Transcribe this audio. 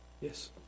Yes